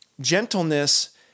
Gentleness